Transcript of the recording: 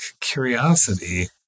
curiosity